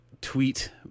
tweet